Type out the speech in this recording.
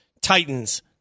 Titans